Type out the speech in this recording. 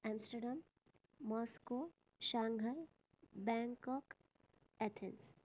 Amsterdam Moscow Shanghai Bangkok Athens